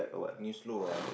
you slow lah